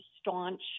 staunch